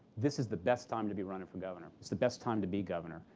this is the best time to be running for governor, it's the best time to be governor.